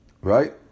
Right